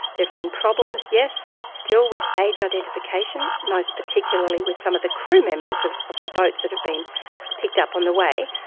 there've been problems, yes, still with age identification, most particularly with some of the crew members of of the boats that have been picked up on the way,